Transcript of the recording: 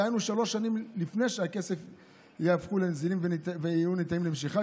דהיינו שלוש שנים לפני שהכספים יהפכו לנזילים וניתנים למשיכה,